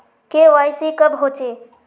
KYC कब होचे?